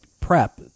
prep